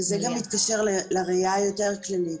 וזה מתקשר גם לראייה היותר כללית.